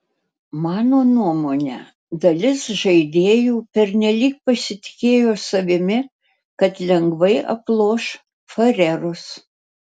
mano nuomone dalis žaidėjų pernelyg pasitikėjo savimi kad lengvai aploš farerus